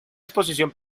exposición